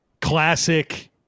classic